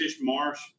marsh